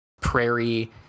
Prairie